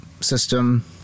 system